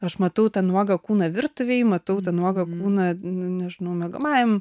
aš matau tą nuogą kūną virtuvėj matau nuogą kūną nežinau miegamajam